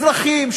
אזרחים,